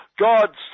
God